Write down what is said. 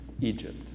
Egypt